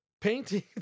painting